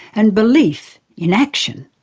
and belief in action.